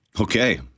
Okay